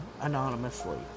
anonymously